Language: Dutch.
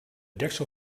deksel